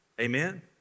Amen